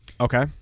Okay